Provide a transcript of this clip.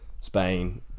Spain